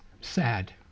sad